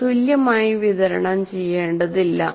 അവ തുല്യമായി വിതരണം ചെയ്യേണ്ടതില്ല